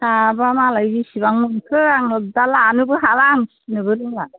दाबा मालाय बेसेबां मोनखो आङो दा लानोबो हाला आं फिसिनोबो रोङा